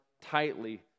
tightly